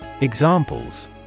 Examples